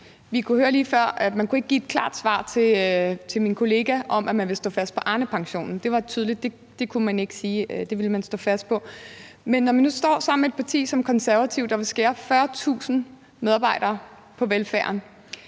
Vi kunne lige før høre, at man ikke kunne give et klart svar til min kollega på, om man ville stå fast på Arnepensionen. Det kunne man ikke sige om man ville stå fast på. Men når man nu står sammen med et parti som De Konservative, der vil skære 40.000 medarbejdere på velfærden,